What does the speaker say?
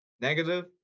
negative